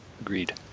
Agreed